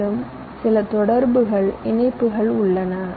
மேலும் சில தொடர்புகள் இணைப்புகள் உள்ளன